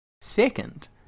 Second